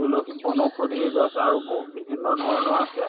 তুলসী বনৌষধি গছ আৰু বিভিন্ন ধৰণৰ আছে